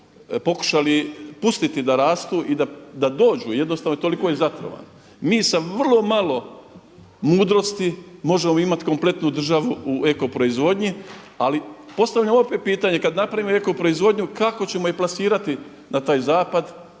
pokušali pustiti da rastu i da dođu, jednostavno toliko je zatrovano. Mi sa vrlo malo mudrosti možemo imati kompletnu državu u eko proizvodnji ali postavljam opet pitanje, kad napravimo eko proizvodnju kako ćemo je plasirati na taj zapad